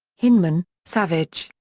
hyneman, savage,